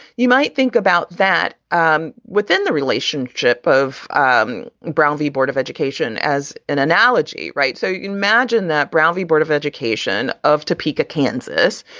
you might think about that um within the relationship of um brown v. board of education as an analogy. right. so imagine that brown v. board of education of topeka, kansas.